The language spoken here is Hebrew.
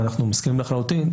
ואנחנו מסכימים לחלוטין,